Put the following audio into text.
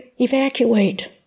evacuate